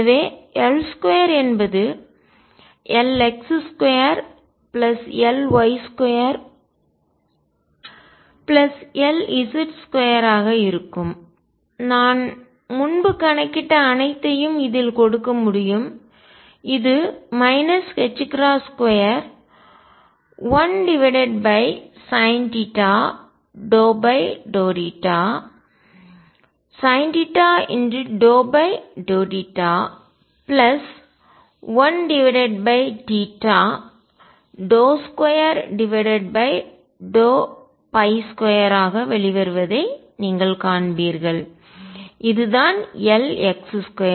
எனவே L2 என்பது Lx2Ly2Lz2 ஆக இருக்கும் நான் முன்பு கணக்கிட்ட அனைத்தையும் இதில் கொடுக்க முடியும் இது 21sinθ∂θsinθ∂θ1 22 ஆக வெளிவருவதை நீங்கள் காண்பீர்கள் இதுதான் Lx2